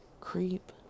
Creep